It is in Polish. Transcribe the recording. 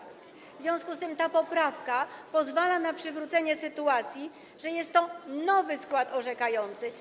W związku z tym ta poprawka pozwala na przywrócenie sytuacji, w której to jest nowy skład orzekający.